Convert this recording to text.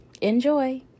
enjoy